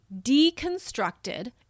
deconstructed